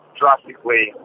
drastically